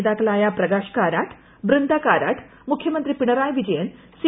നേതാക്കളായ പ്രകാശ് കാരാട്ട് ബൃന്ദ കാരാട്ട് മുഖ്യമൂന്ത്രി പിണറായി വിജയൻ സി